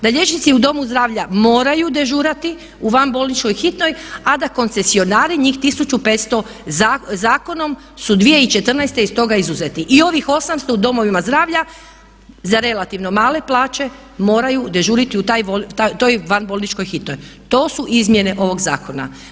Da liječnici u domu zdravlja moraju dežurati u vanbolničkoj hitnoj a da koncesionari njih 1500 zakonom su 2014. iz toga izuzeti i ovih 800 u domovima zdravlja za relativno male plaće moraju dežurati u toj vanbolničkoj hitnoj, to su izmjene ovog zakona.